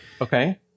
Okay